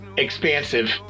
expansive